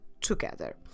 together